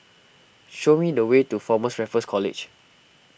show me the way to formers Raffles College